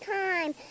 time